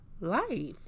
life